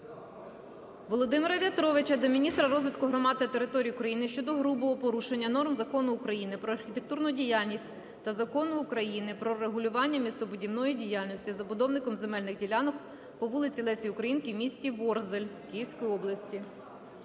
Володимира В'ятровича до міністра розвитку громад та територій України щодо грубого порушення норм Закону України "Про архітектурну діяльність" та Закону України "Про регулювання містобудівної діяльності" забудовником земельних ділянок по вулиці Лесі Українки в місті Ворзель Київської області.